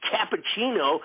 cappuccino